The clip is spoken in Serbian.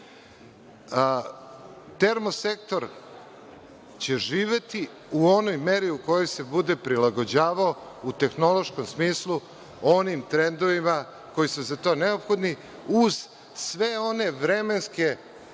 Termosektor će živeti u onoj meri u kojoj se bude prilagođavao, u tehnološkom smislu, onim trendovima koji su za to neophodni, uz sve one vremenske